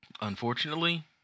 Unfortunately